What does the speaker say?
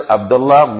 Abdullah